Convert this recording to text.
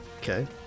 Okay